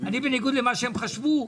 בניגוד למה שהם חשבו,